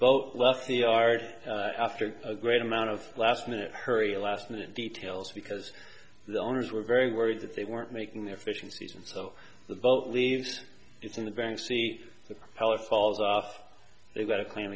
boat left the ard after a great amount of last minute hurry last minute details because the owners were very worried that they weren't making their fishing season so the boat leaves it in the bank see how it falls off they've got a claim